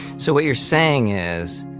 so what you're saying is,